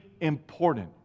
important